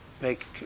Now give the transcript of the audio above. make